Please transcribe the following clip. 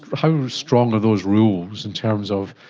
how strong are those rules in terms of,